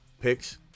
picks